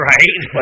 Right